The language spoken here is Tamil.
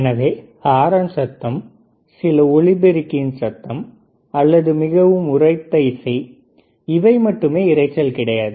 எனவே ஹாரன் சத்தம் சில ஒலிபெருக்கியின் சத்தம் அல்லது மிகவும் உரத்த இசை இவை மட்டுமே இரைச்சல் கிடையாது